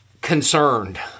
concerned